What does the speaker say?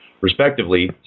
respectively